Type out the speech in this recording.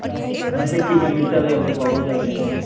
आ अच्छा ठीक है मिर्चा भी आपको पाव भर कर दे रहे हैं